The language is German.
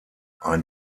ein